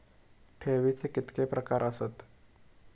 ठेवीचे कितके प्रकार आसत?